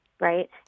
right